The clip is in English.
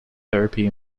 therapy